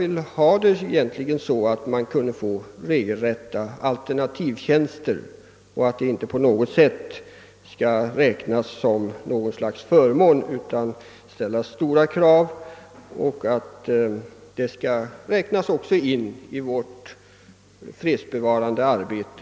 Helst skulle jag vilja ha det så, att det kunde finnas regelrätta alternativtjänster — vilket skulle medföra att det inte på något sätt skulle räknas såsom förmånligare att välja detta alternativ i stället för värnpliktsalternativet. Den föreslagna typen av tjänstgöring skulle alltså anses ingå i vårt fredsbevarande arbete.